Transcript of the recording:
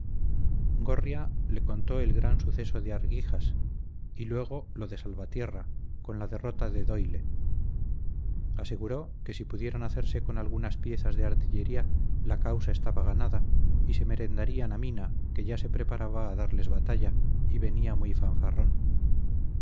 gorria le contó el gran suceso de arguijas y luego lo de salvatierra con la derrota de doyle aseguró que si pudieran hacerse con algunas piezas de artillería la causa estaba ganada y se merendarían a mina que ya se preparaba a darles batalla y venía muy